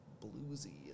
bluesy